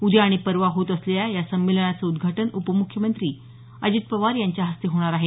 उद्या आणि परवा होत असलेल्या या संमेलनाचं उद्घाटन उपमुख्यमंत्री अजित पवार यांच्या हस्ते होणार आहे